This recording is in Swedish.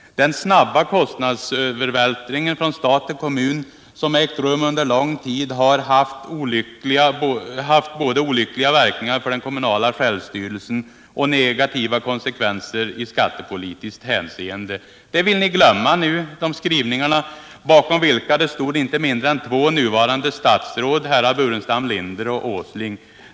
Den snabba kostnadsövervältringen från stat till kommun som ägt rum under lång tid har —-—-- haft både olyckliga verkningar för den kommunala självstyrelsen och negativa konsekvenser iskattepolitiskt hänseende.” Ni vill nu glömma de skrivningarna bakom vilka stod inte mindre än två nuvarande statsråd, herrar Staffan Burenstam Linder och Nils Åsling.